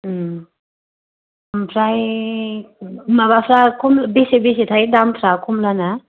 आमफ्राय माबाफ्रा बेसे बेसेथाय दामफ्रा खमलाना